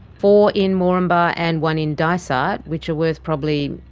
four in moranbah and one in dysart, ah which are worth probably,